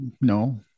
no